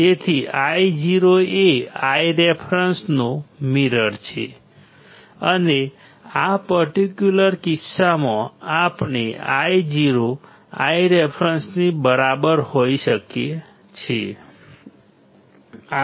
તેથી Io એ Ireference નો મિરર છે અને આ પર્ટિક્યુલર કિસ્સામાં આપણે I0 Ireference ની બરાબર હોઈ શકીએ છીએ